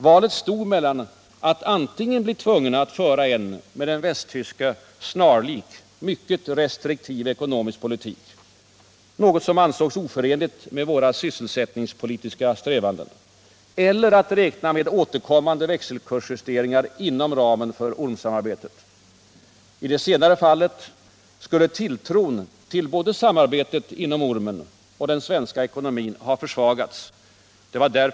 Valet stod mellan att antingen bli tvungna att föra en med den västtyska snarlik, mycket restriktiv ekonomisk politik — något som ansågs oförenligt med våra sysselsättningspolitiska strävanden — eller att räkna med återkommande växelkursjusteringar inom ramen för ormsamarbetet. I det senare fallet skulle tilltron till både samarbetet inom ormen och den svenska ekonomin ha försvagats.